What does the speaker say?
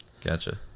Gotcha